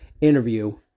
interview